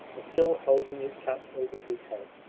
and still holding his cap over his head.